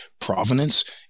Provenance